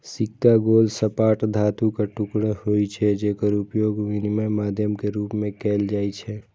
सिक्का गोल, सपाट धातुक टुकड़ा होइ छै, जेकर उपयोग विनिमय माध्यम के रूप मे कैल जाइ छै